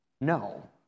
No